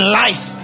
life